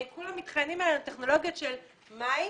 אנחנו מדברים על טכנולוגיות של מים